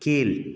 கீழ்